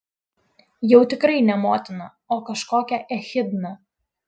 jau tikrai ne motina o kažkokia echidna